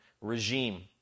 regime